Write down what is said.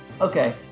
Okay